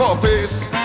face